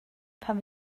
pan